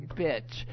bitch